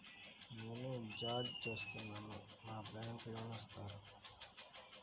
నేను జాబ్ చేస్తున్నాను నాకు లోన్ ఇస్తారా?